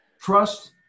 Trust